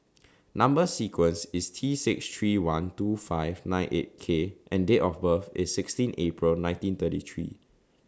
Number sequence IS T six three one two five nine eight K and Date of birth IS sixteen April nineteen thirty three